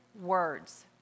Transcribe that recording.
words